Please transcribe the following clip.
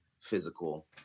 physical